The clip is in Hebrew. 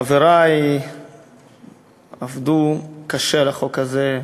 חברי עבדו קשה על החוק הזה.